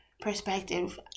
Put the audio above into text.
perspective